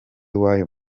w’ayo